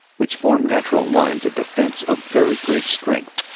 which formed natural lines of defense of very great strength.